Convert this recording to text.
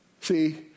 See